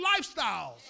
lifestyles